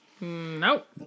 Nope